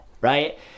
right